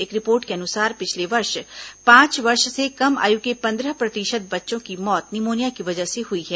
एक रिपोर्ट के अनुसार पिछले वर्ष पांच वर्ष से कम आयु के पंद्रह प्रतिशत बच्चों की मौत निमोनिया की वजह से हुई है